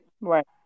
Right